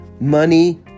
money